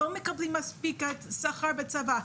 לא מקבלים מספיק שכר בצבא.